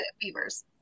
beavers